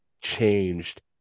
changed